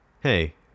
Hey